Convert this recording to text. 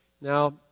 Now